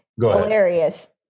hilarious